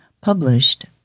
published